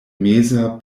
meza